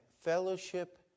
fellowship